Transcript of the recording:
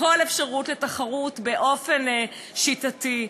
כל אפשרות לתחרות באופן שיטתי.